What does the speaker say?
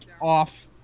off